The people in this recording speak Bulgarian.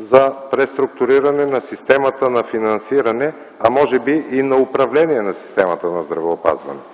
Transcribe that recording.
за преструктуриране на системата на финансиране, а може би и на управление на системата на здравеопазването.